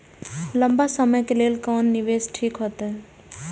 लंबा समय के लेल कोन निवेश ठीक होते?